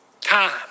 time